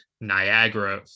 Niagara